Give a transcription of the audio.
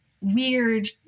weird